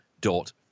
Dot